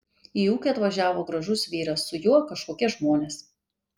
į ūkį atvažiavo gražus vyras su juo kažkokie žmonės